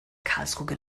karlsruhe